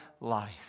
life